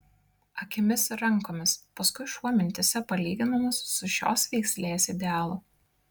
akimis ir rankomis paskui šuo mintyse palyginamas su šios veislės idealu